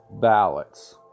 ballots